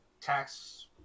tax